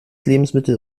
lebensmittel